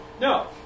No